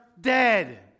dead